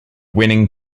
winning